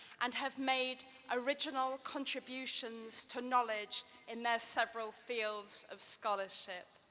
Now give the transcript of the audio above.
and have made original contributions to knowledge in their several fields of scholarship.